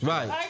Right